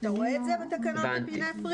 אתה רואה את זה בתקנות אפינפרין?